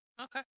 Okay